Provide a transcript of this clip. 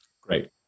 Great